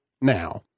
now